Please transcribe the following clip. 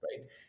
right